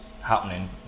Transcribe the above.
happening